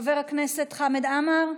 חבר הכנסת חמד עמאר?